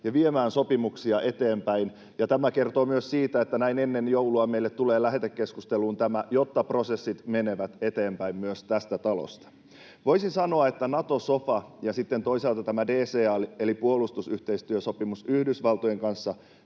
ja viemään sopimuksia eteenpäin, ja tästä kertoo myös se, että näin ennen joulua meille tulee lähetekeskusteluun tämä, jotta prosessit menevät eteenpäin myös tästä talosta. Voisi sanoa, että Nato-sofa ja sitten toisaalta tämä DCA- eli puolustusyhteistyösopimus Yhdysvaltojen kanssa